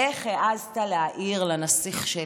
איך העזת להעיר לנסיך שלי?